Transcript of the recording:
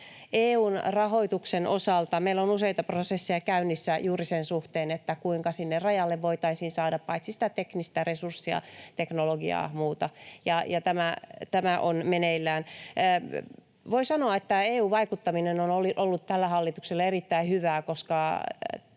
EU:n rahoituksen osalta meillä on useita prosesseja käynnissä juuri sen suhteen, kuinka sinne rajalle voitaisiin saada teknistä resurssia, teknologiaa ja muuta. Tämä on meneillään. Voi sanoa, että EU-vaikuttaminen on ollut tällä hallituksella erittäin hyvää, koska